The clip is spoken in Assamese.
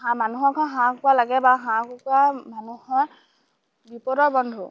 হাঁহ মানুহক হাঁহ কুকুৰা লাগে বা হাঁহ কুকুৰা মানুহৰ বিপদৰ বন্ধু